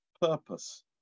purpose